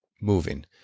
moving